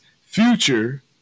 future